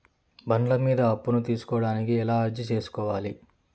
బండ్ల మీద అప్పును తీసుకోడానికి ఎలా అర్జీ సేసుకోవాలి?